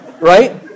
Right